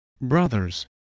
brothers